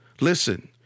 Listen